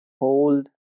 Hold